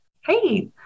Hey